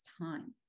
time